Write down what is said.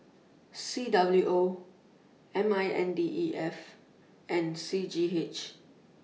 C W O M I N D E F and C G H